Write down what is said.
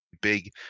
big